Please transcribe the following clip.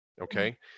Okay